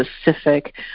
specific